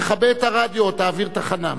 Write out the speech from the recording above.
תכבה את הרדיו או תעביר תחנה.